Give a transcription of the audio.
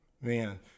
Man